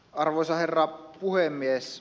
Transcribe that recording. arvoisa herra puhemies